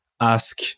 ask